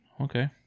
Okay